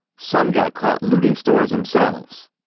some got caught looting stores themselves.